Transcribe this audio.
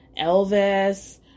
Elvis